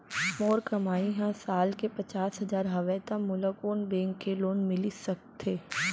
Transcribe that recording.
मोर कमाई ह साल के पचास हजार हवय त मोला कोन बैंक के लोन मिलिस सकथे?